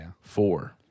Four